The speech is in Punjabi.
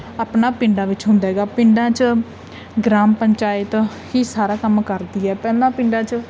ਆਪਣਾ ਪਿੰਡਾਂ ਵਿੱਚ ਹੁੰਦਾ ਹੈਗਾ ਪਿੰਡਾਂ 'ਚ ਗ੍ਰਾਮ ਪੰਚਾਇਤ ਹੀ ਸਾਰਾ ਕੰਮ ਕਰਦੀ ਹੈ ਪਹਿਲਾਂ ਪਿੰਡਾਂ 'ਚ